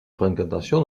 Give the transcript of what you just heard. fréquentation